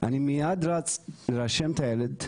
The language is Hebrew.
אני מייד רץ לרשום את הילד,